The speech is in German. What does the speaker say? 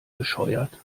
bescheuert